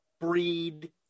breed